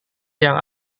yang